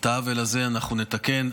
את העוול הזה אנחנו נתקן.